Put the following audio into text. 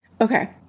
Okay